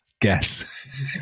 guess